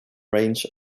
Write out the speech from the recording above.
range